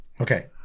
Okay